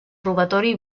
robatori